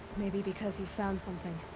maybe because he found something.